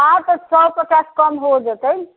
आउ तऽ सए पचास कम हो जेतै